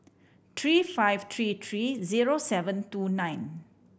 three five three three zero seven two nine